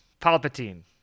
Palpatine